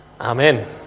Amen